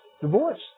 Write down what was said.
Divorce